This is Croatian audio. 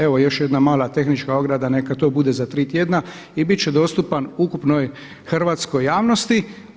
Evo još jedna mala tehnička ograda neka to bude za tri tjedna i bit će dostupan ukupnoj hrvatskoj javnosti.